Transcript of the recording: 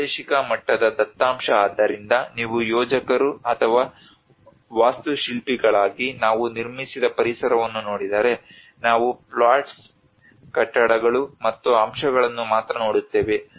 ಪ್ರಾದೇಶಿಕ ಮಟ್ಟದ ದತ್ತಾಂಶ ಆದ್ದರಿಂದ ನೀವು ಯೋಜಕರು ಅಥವಾ ವಾಸ್ತುಶಿಲ್ಪಿಗಳಾಗಿ ನಾವು ನಿರ್ಮಿಸಿದ ಪರಿಸರವನ್ನು ನೋಡಿದರೆ ನಾವು ಪ್ಲಾಟ್ಸ್ ಕಟ್ಟಡಗಳು ಮತ್ತು ಅಂಶಗಳನ್ನು ಮಾತ್ರ ನೋಡುತ್ತೇವೆ